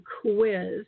quiz